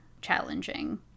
challenging